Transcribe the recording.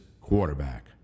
quarterback